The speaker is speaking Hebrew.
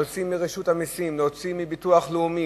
להוציא מרשות המסים, להוציא מביטוח לאומי,